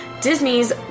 Disney's